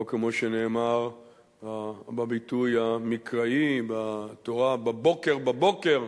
או כמו שנאמר בביטוי המקראי בתורה: "בבוקר בבוקר"